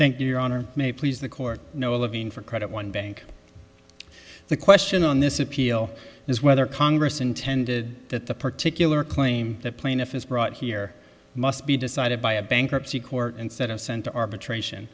thank you your honor may please the court no a living for credit one bank the question on this appeal is whether congress intended that the particular claim that plaintiff is brought here must be decided by a bankruptcy court instead of sent to arbitration